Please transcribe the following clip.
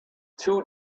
two